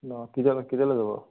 অঁ কেতিয়া কেতিয়ালৈ যাব